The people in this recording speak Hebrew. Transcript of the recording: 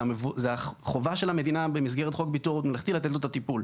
זה החובה של המדינה במסגרת חוק בריאות ממלכתי לתת לו את הטיפול.